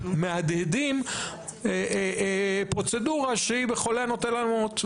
מהדהדים פרוצדורה שהיא בחולה הנוטה למות.